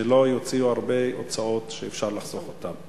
שלא יוציאו הוצאות שניתן לחסוך אותן.